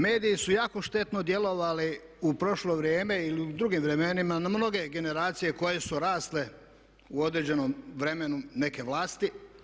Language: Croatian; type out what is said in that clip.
Mediji su jako štetno djelovali u prošlo vrijeme ili u drugim vremenima na mnoge generacije koje su rasle u određenom vremenu neke vlasti.